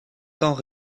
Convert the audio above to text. temps